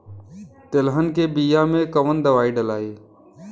तेलहन के बिया मे कवन दवाई डलाई?